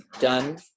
done